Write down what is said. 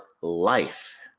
life